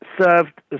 served